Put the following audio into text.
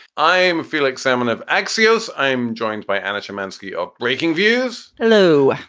i'm felix salmon of axios. i'm joined by anna shymansky of breakingviews. hello.